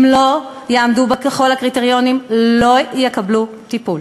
אם לא יעמדו בכל הקריטריונים, לא יקבלו טיפול.